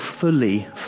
fully